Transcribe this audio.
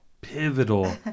pivotal